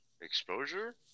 exposure